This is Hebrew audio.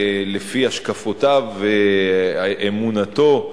לפי השקפותיו ואמונתו,